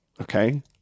Okay